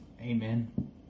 Amen